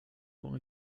con